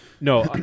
No